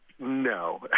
No